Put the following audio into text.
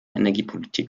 energiepolitik